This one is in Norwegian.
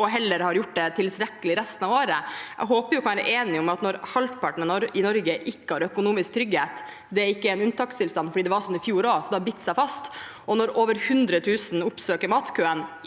og heller gjør det tilstrekkelig resten av året. Jeg håper vi kan være enige om at når halvparten i Norge ikke har økonomisk trygghet – det er ikke en unntakstilstand, det var slik i fjor også, det har bitt seg fast – og når folk, over 100 000, oppsøker matkøer